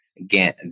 again